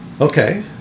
okay